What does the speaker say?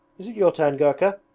is it your turn, gurka?